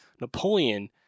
Napoleon